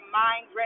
mind